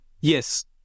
Yes